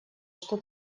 что